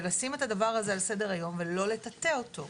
לשים את הדבר הזה על סדר-היום ולא לטאטא אותו.